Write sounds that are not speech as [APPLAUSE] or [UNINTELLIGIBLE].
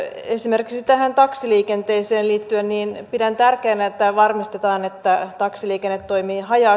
esimerkiksi tähän taksiliikenteeseen liittyen pidän tärkeänä että varmistetaan että taksiliikenne toimii haja [UNINTELLIGIBLE]